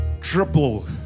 triple